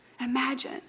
Imagine